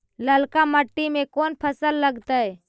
ललका मट्टी में कोन फ़सल लगतै?